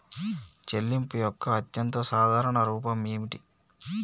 చెల్లింపు యొక్క అత్యంత సాధారణ రూపం ఏమిటి?